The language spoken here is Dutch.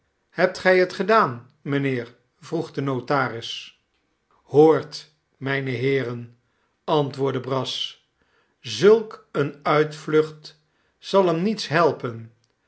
hebt gij het gedaan mijnheer vroeg de notaris hoort mijne heeren antwoordde brass zulk eene uitvlucht zal hem niets helpen